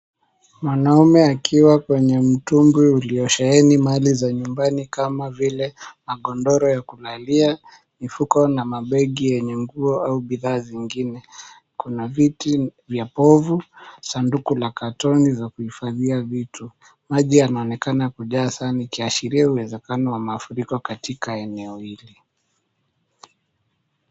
Mwanaume akiwa kwenye mtungi uliosheeni mali za nyumbani kama vile makodoro ya kulali, kuko na mabegi yenye nguo au bidhaa zingine. Kuna viti vya povu sanduku za katoni za kuhifadhia vitu. Maji yanaonekana kujaa sana yakiashiria uwezekano wa mafuriko katika eneo hili.